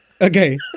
Okay